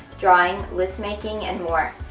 drawing, list-making, and more.